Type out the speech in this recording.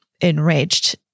enraged